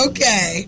Okay